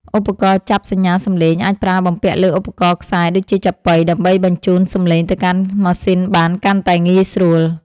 ឧបករណ៍ចាប់សញ្ញាសំឡេង អាចប្រើបំពាក់លើឧបករណ៍ខ្សែដូចជាចាប៉ី ដើម្បីបញ្ជូនសំឡេងទៅកាន់ម៉ាស៊ីនបានកាន់តែងាយស្រួល។